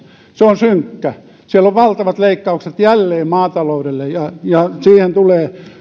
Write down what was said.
se on synkkä siellä on valtavat leikkaukset jälleen maataloudelle ja ja